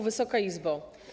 Wysoka Izbo!